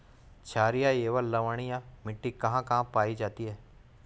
छारीय एवं लवणीय मिट्टी कहां कहां पायी जाती है?